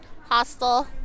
Hostel